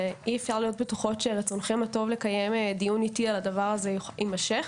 ואי אפשר להיות בטוחות שרצונכם הטוב לקיים דיון איתי על הדבר הזה יימשך,